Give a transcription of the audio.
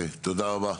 אוקיי, תודה רבה.